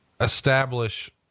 establish